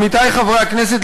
עמיתי חברי הכנסת,